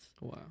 Wow